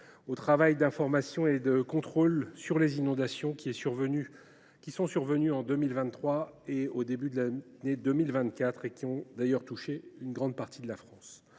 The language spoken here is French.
au travail d’information et de contrôle sur les inondations qui sont survenues en 2023 et au début de l’année 2024, touchant une grande partie de la France.